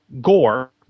Gore